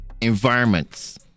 environments